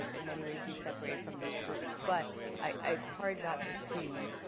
in many ways be separated from the truth. but i it's hard not to see